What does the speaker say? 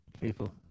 People